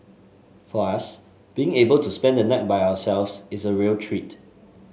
for us being able to spend the night by ourselves is a real treat